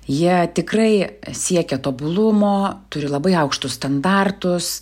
jie tikrai siekia tobulumo turi labai aukštus standartus